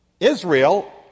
Israel